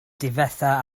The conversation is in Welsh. difetha